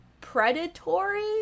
predatory